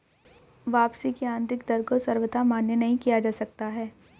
वापसी की आन्तरिक दर को सर्वथा मान्य नहीं किया जा सकता है